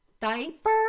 Diaper